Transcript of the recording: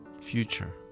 future